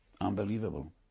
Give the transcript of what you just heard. unbelievable